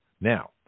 Now